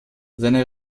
seine